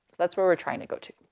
that's where we're trying to go to,